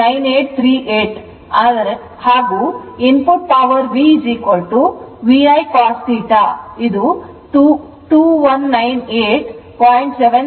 9838 and Input PowerVI cos theta it is 2198